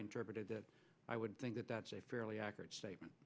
interpreted that i would think that that's a fairly accurate statement